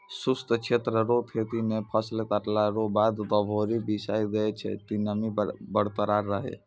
शुष्क क्षेत्र रो खेती मे फसल काटला रो बाद गभोरी बिसाय दैय छै कि नमी बरकरार रहै